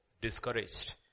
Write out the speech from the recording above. discouraged